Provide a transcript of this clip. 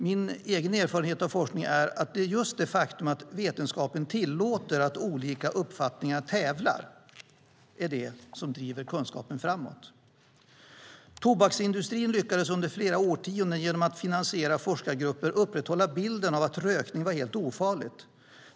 Min egen erfarenhet av forskning är att det just är det faktum att vetenskapen tillåter att olika uppfattningar tävlar som driver kunskapen framåt. Tobaksindustrin lyckades under flera årtionden genom att finansiera forskargrupper upprätthålla bilden av att rökning var helt ofarligt.